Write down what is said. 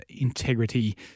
integrity